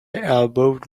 elbowed